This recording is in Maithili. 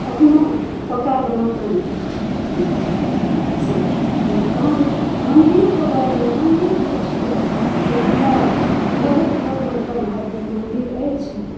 अखनो पक्का के मकान अछि अपना घरमे से अपन तहन मंदिरके बारेमे मंदिर जे छै से हमरा घरे के लगमे एकटा महादेव के मन्दिर अछि